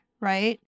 right